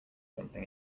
something